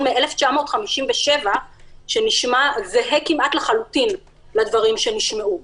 מ-1957 שנשמע כמעט זהה לחלוטין לדברים שנשמעו.